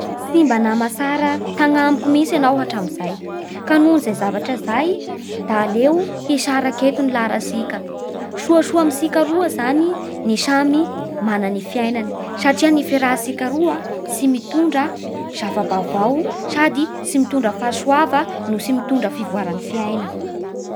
Tsy mba nama tsara tanamiko mihintsiny anao hatramin'izay. Ka nohon'izay zavatra izay da aleo hisaraky eto ny lalantsika. Soasoa amintsika roa zany ny samy manana ny fiainany satria ny fiarahatsika roa tsy mitondra zava-baovao sady tsy mitondra fahasoava no tsy mitondra fivoaran'ny fiana